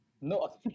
No